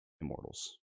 Immortals